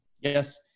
Yes